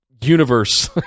universe